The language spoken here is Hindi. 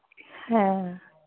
हाँ